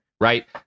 Right